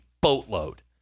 boatload